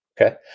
Okay